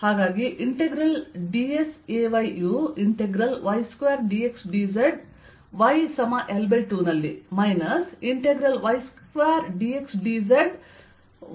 ಆದ್ದರಿಂದ integral dsAy u integral y2dxdzyL2ನಲ್ಲಿ minus integral y2dxdz y L2 ನಲ್ಲಿ ಆಗಿರುತ್ತದೆ